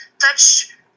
touch